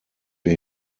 wir